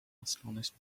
astonished